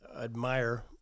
admire